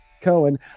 cohen